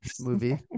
movie